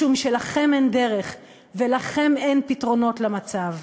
משום שלכם אין דרך ולכם אין פתרונות למצב.